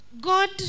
God